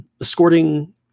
escorting